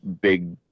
big